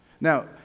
Now